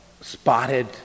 spotted